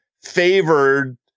Favored